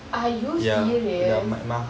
are you serious